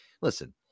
listen